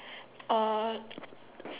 uh